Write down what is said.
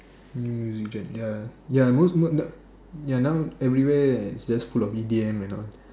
ya ya most most ya now everywhere it's just full of idiom and all